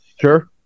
Sure